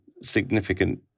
significant